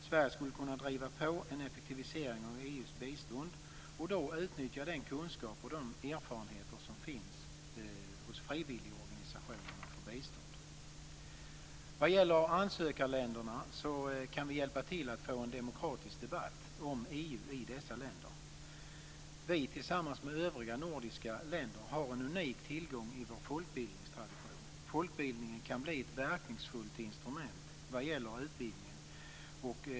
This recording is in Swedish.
Sverige skulle kunna driva på en effektivisering av EU:s bistånd och då utnyttja den kunskap och de erfarenheter som finns hos frivilligorganisationerna för bistånd. Vad gäller ansökarländerna kan vi hjälpa till att få en demokratisk debatt om EU i dessa länder. Vi i Sverige tillsammans med övriga nordiska länder har en unik tillgång i vår folkbildningstradition. Folkbildningen kan bli ett verkningsfullt instrument vad gäller utvidgningen.